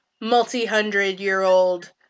multi-hundred-year-old